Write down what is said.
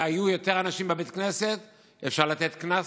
והיו יותר אנשים בבית הכנסת אפשר לתת קנס